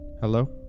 Hello